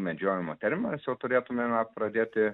medžiojimo terminas jau turėtumėme pradėti